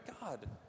God